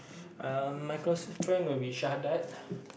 um my closest friend will be Shahdad